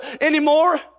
anymore